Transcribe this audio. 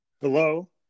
Hello